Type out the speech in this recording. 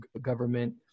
government